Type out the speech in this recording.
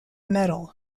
medal